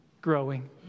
Growing